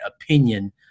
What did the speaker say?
opinion